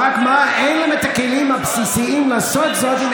אין להם את הכלים הבסיסיים לעשות זאת אם